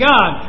God